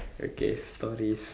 okay stories